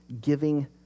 giving